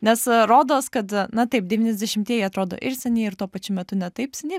nes rodos kad na taip devyniasdešimtieji atrodo ir seniai ir tuo pačiu metu ne taip seniai